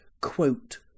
quote